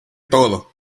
todo